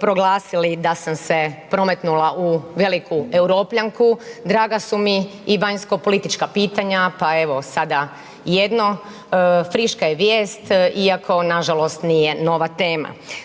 proglasili da sam se prometnula u veliku europljanku draga su mi i vanjskopolitička pitanja pa evo sada jedno friška je vijest iako nažalost nije nova tema.